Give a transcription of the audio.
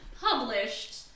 published